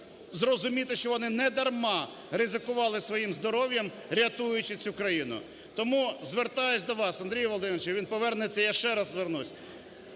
зрозуміти, що вони недарма ризикували своїм здоров'ям, рятуючи цю країну. Тому звертаюсь до вас, Андрій Володимирович. Він повернеться – я ще раз звернусь,